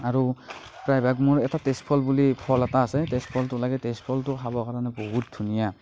আৰু প্ৰায়ভাগ মোৰ এটা তেছফল বুলি ফল এটা আছে তেছ ফলটো লাগে তেছ ফলটো খাব কাৰণে বহুত ধুনীয়া